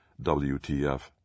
WTF